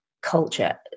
culture